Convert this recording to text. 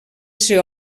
ser